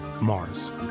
Mars